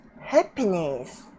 happiness